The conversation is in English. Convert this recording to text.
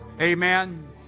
Amen